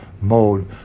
mode